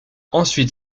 ensuite